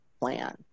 plan